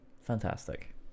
fantastic